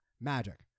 Magic